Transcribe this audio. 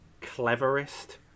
cleverest